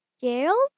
Gerald